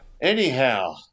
Anyhow